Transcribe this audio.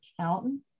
accountant